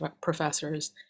professors